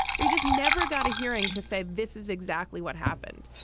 we just never got a hearing to say this is exactly what happened.